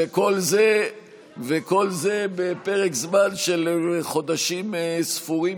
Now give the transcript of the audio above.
וכל זה בפרק זמן של חודשים ספורים,